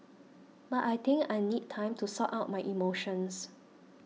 but I think I need time to sort out my emotions